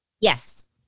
Yes